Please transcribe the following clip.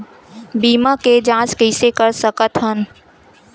बीमा के जांच कइसे कर सकत हन?